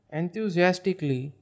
enthusiastically